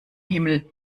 himmel